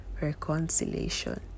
reconciliation